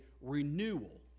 renewal